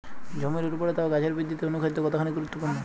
জমির উর্বরতা ও গাছের বৃদ্ধিতে অনুখাদ্য কতখানি গুরুত্বপূর্ণ?